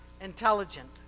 intelligent